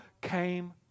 came